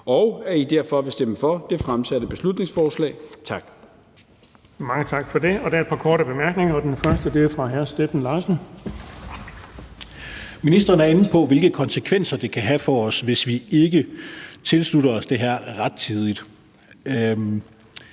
og at I derfor vil stemme for det fremsatte beslutningsforslag. Tak.